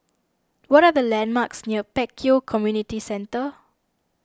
what are the landmarks near Pek Kio Community Centre